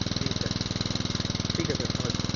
जी sir ठीक है sir नमस्ते